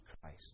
Christ